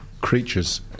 creatures